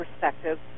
perspective